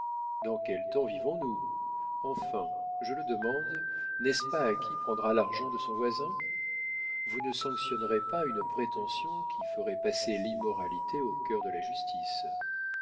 dans quel temps vivons nous enfin je le demande n'est-ce pas à qui prendra l'argent de notre voisin vous ne sanctionnerez pas une prétention qui ferait passer l'immoralité au cœur de la justice